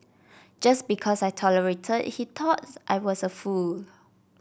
just because I tolerated he thought I was a fool